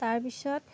তাৰপিছত